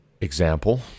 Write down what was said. Example